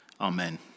Amen